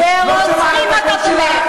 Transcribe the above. למה הוא מקבל זכויות?